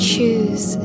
choose